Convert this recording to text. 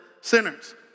sinners